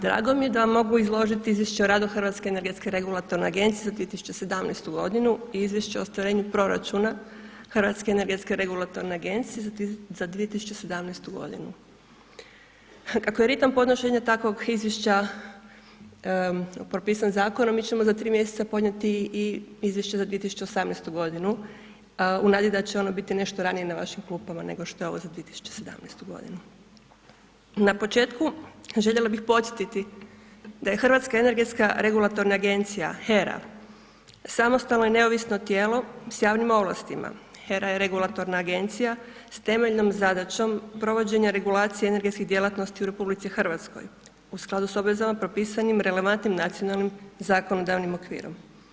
Drago mi je da vam mogu izložiti izvješće o radu Hrvatske energetske regulatorne agencije za 2017. i izvješće o ostvarenju proračuna Hrvatske energetske regulatorne agencije za 2017. g. Kako je ritam podnošenja takvog izvješća propisan zakonom, mi ćemo za 3 mj. podnijeti i izvještaj za 2018. g. u nadi da će ona biti nešto ranije na vašim klupama nego što je ova za 2017. g. Na početku, željela bi podsjetiti da je Hrvatska energetska regulatorna agencija HERA, samostalno i neovisno tijelo s javnim ovlastima, HERA je regulatorna agencija s temeljenom zadaćom provođenje regulacija energetske djelatnosti u RH, u skladu s obvezama propisanim relevantnim nacionalnim zakonodavnim okvirom.